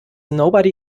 nobody